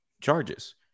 charges